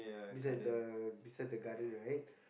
beside the beside the garden right